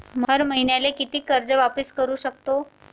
हर मईन्याले कितीक कर्ज वापिस करू सकतो?